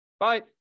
Bye